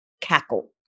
cackle